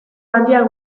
handiak